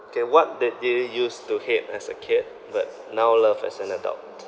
K what did you use to hate as a kid but now love as an adult